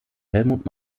helmut